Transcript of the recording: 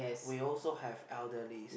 we also have elderly